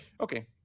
Okay